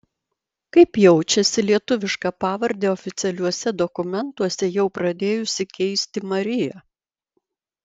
kaip jaučiasi lietuvišką pavardę oficialiuose dokumentuose jau pradėjusi keisti marija